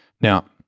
Now